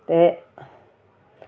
ते